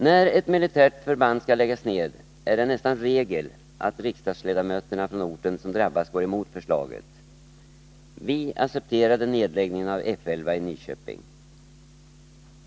När ett militärt förband skall läggas ned är det nästan regel att riksdagsledamöterna från orten som drabbas går emot förslaget. Vi har accepterat nedläggningen av F 11 i Nyköping.